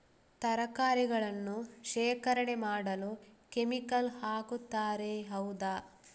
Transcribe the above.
ತರಕಾರಿಗಳನ್ನು ಶೇಖರಣೆ ಮಾಡಲು ಕೆಮಿಕಲ್ ಹಾಕುತಾರೆ ಹೌದ?